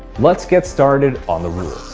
let's get started on the rules